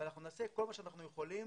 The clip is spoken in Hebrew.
ואנחנו נעשה את כל מה שאנחנו יכולים